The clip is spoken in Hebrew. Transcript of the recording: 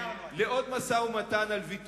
השר להגנת הסביבה גלעד ארדן: לעוד משא-ומתן על ויתורים,